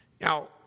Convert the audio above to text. Now